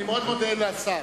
אני מאוד מודה לשר.